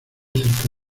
cerca